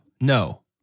no